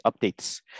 updates